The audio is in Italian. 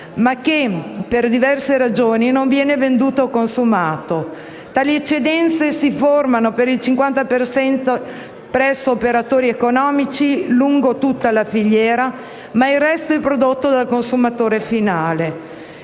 ma che per diverse ragioni non viene venduto o consumato. Esse si formano per il 57 per cento presso operatori economici in tutta la filiera ma il resto è prodotto dal consumatore finale.